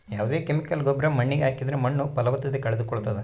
ಯಾವ್ದೇ ಕೆಮಿಕಲ್ ಗೊಬ್ರ ಮಣ್ಣಿಗೆ ಹಾಕಿದ್ರೆ ಮಣ್ಣು ಫಲವತ್ತತೆ ಕಳೆದುಕೊಳ್ಳುತ್ತದೆ